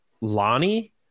Lonnie